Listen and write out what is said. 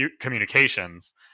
communications